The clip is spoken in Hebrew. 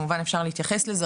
כמובן אפשר להתייחס לזה,